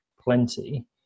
plenty